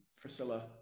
Priscilla